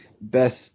best